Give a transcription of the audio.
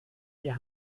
ihr